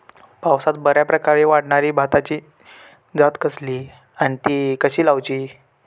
पावसात बऱ्याप्रकारे वाढणारी भाताची जात कसली आणि ती कशी लाऊची?